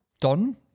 done